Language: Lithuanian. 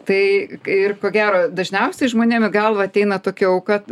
tai ir ko gero dažniausiai žmonėm į galvą ateina tokiaauka